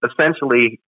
essentially